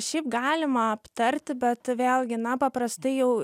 šiaip galima aptarti bet vėlgi na paprastai jau